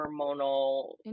hormonal